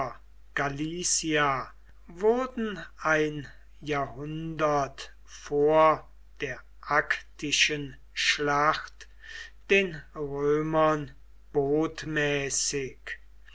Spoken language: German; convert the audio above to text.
wurden ein jahrhundert vor der actischen schlacht den römern botmäßig